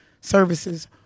Services